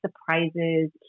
surprises